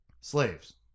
Slaves